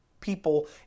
people